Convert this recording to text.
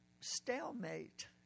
stalemate